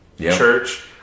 Church